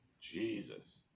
Jesus